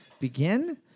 begin